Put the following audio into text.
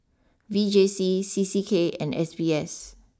V J C C C K and S B S